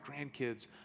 grandkids